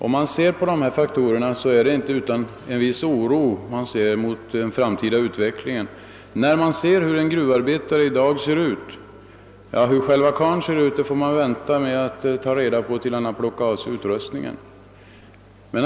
Med hänsyn till dessa faktorer är det inte utan att man med en viss oro ser mot den framtida utvecklingen. Om man vill veta hur en gruvarbetare i dag ser ut får man vänta tills han har plockat av sig utrustningen.